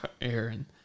Aaron